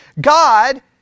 God